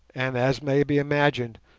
and, as may be imagined,